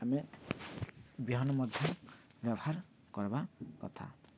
ଆମେ ବିହନ ମଧ୍ୟ ବ୍ୟବହାର୍ କର୍ବାର୍ କଥା